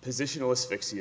position